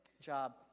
job